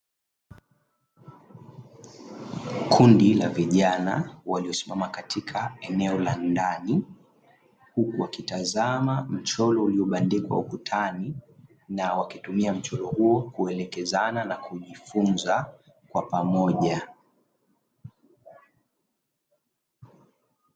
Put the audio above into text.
Kundi la vijana waliosimama katika eneo la ndani, huku wakitazama mchoro uliobandikwa ukutani na wakitumia mchoro huo kuelekezana na kujifunza kwa pamoja.